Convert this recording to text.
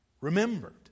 remembered